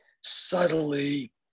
subtly